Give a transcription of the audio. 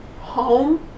home